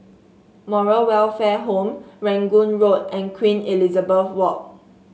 Moral Welfare Home Rangoon Road and Queen Elizabeth Walk